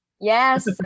Yes